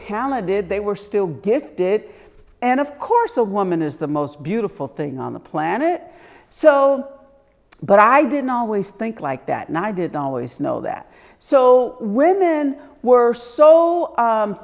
talented they were still gifted and of course a woman is the most beautiful thing on the planet so but i didn't always think like that and i did ollie's know that so women were so